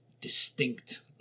distinct